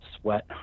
sweat